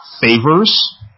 favors